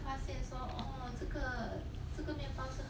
I say as long as 这个这个 pass